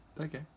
okay